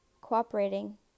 cooperating